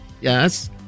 yes